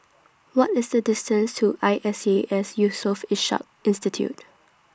What IS The distance to I S E A S Yusof Ishak Institute